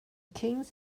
kings